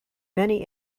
many